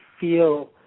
feel